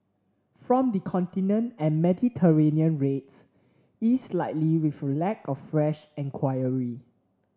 from the Continent and Mediterranean rates eased slightly with a lack of fresh enquiry